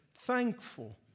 Thankful